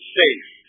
safe